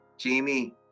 Jamie